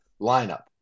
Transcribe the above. lineup